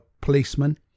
policeman